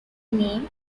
name